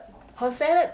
for salad